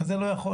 מה זה לא יכול?